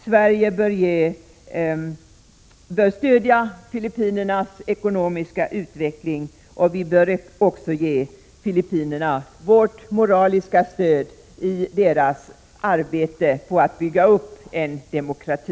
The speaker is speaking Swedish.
Sverige bör stödja Filippinernas ekonomiska utveckling, och vi bör också ge filippinarna vårt moraliska stöd i deras arbete på att bygga upp en demokrati.